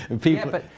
People